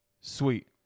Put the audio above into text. Sweet